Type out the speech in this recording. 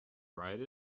write